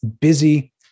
busy